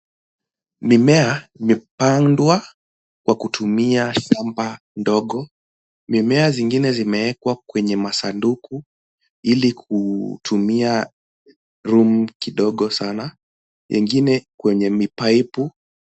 Mimea imependwa kwa kutumia shamba ndogo. Mimea zingine zimeekwa kwenye masanduku ili kutumia room kidogo sana, lingine kwenye mipaipu.